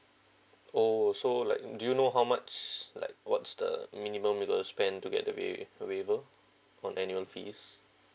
oh so like do you know how much like what's the minimum you gotta spent to get the waive waiver on annual fees